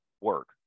work